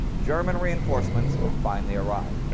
german reinforcements finally arrived.